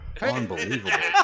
unbelievable